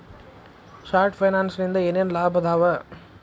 short ಫೈನಾನ್ಸಿನಿಂದ ಏನೇನ್ ಲಾಭದಾವಾ